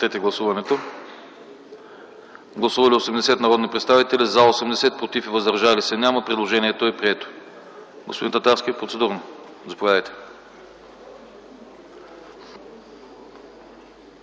Моля, гласувайте. Гласували 80 народни представители: за 80, против и въздържали се няма. Предложението е прието. Господин Татарски, заповядайте